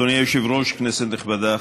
אדוני היושב-ראש, כנסת נכבדה,